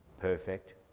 perfect